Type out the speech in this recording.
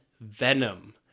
Venom